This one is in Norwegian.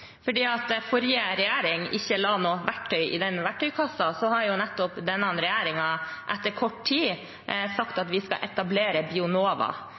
Fordi forrige regjering ikke la noe verktøy i den verktøykassa, har denne regjeringen etter kort tid sagt at vi skal etablere Bionova,